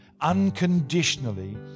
unconditionally